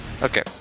Okay